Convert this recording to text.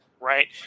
right